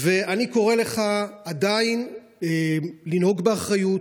אני קורא לך עדיין לנהוג באחריות.